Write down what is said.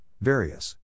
Various